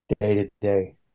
day-to-day